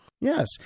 yes